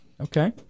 Okay